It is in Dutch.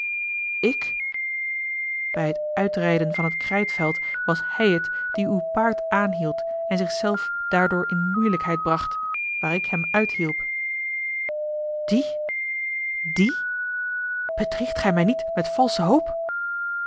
ik bij het uitrijden van het krijtveld was hij het die uw paard aanhield en zich zelf daardoor in moeielijkheid bracht waar ik hem uithielp die die bedriegt gij mij niet met valsche hoop